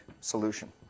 solution